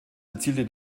erzielte